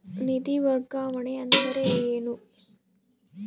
ನಿಧಿ ವರ್ಗಾವಣೆ ಅಂದರೆ ಏನು?